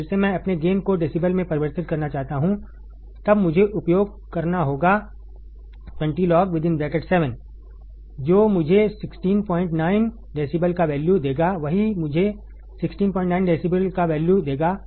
अब फिर से मैं अपने गेन को डेसीबल में परिवर्तित करना चाहता हूं तब मुझे उपयोग करना होगा 20 लॉग जो मुझे 169 डेसिबल का वैल्यू देगा वही मुझे 169 डेसिबल का वैल्यू देगा